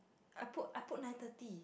I put I put nine thirty